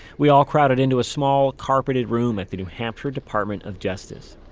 we all crowded into a small carpeted room at the new hampshire department of justice.